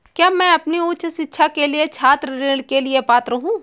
क्या मैं अपनी उच्च शिक्षा के लिए छात्र ऋण के लिए पात्र हूँ?